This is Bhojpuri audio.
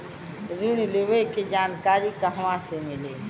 ऋण लेवे के जानकारी कहवा से मिली?